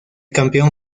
campeón